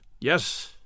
yes